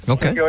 Okay